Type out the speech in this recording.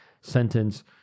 sentence